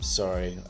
sorry